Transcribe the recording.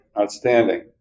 Outstanding